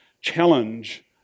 challenge